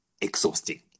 exhausting